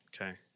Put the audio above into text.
Okay